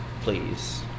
please